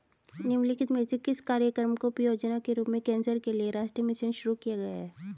निम्नलिखित में से किस कार्यक्रम को उपयोजना के रूप में कैंसर के लिए राष्ट्रीय मिशन शुरू किया गया है?